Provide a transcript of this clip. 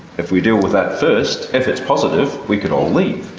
if we deal with that first, if it's positive we can all